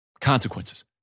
Consequences